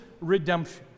redemption